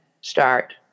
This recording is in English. start